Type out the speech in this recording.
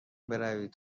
بروید